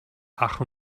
ach